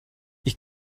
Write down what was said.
ich